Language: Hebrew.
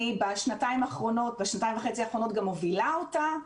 אני בשנתיים וחצי האחרונות גם מובילה אותה,